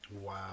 wow